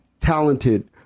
talented